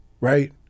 Right